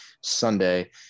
Sunday